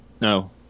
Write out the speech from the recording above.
No